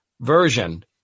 version